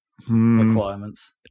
requirements